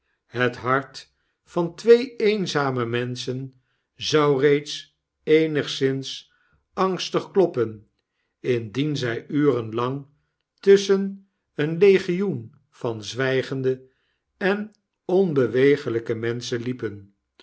het hart van twee eenzame menschen zou reeds eenigszins angstig kloppen indien zij uren lang tusschen een legioen van zwggende en onbeweeglijke menschen liepen